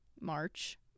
March